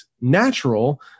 natural